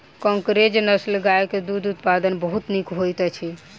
कंकरेज नस्लक गाय के दूध उत्पादन बहुत नीक होइत अछि